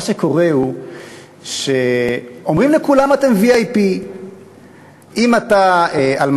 מה שקורה הוא שאומרים לכולם: אתם VIP. אם את אלמנה,